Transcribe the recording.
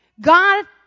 God